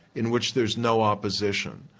in which there's no opposition.